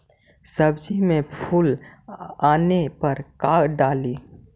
सब्जी मे फूल आने पर का डाली?